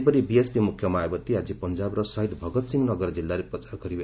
ସେହିପରି ବିଏସ୍ପି ମୁଖ୍ୟ ମାୟାବତୀ ଆଜି ପଞ୍ଜାବର ଶହୀଦ ଭଗତ ସିଂ ନଗର ଜିଲ୍ଲାରେ ପ୍ରଚାର କରିବେ